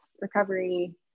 recovery